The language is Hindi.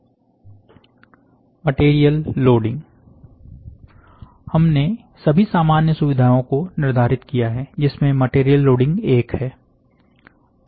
मटेरियल लोडिंग हमने सभी सामान्य सुविधाओं को निर्धारित किया है जिसमें मटेरियल लोडिंग एक है